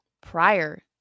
prior